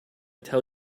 tell